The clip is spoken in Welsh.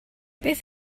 beth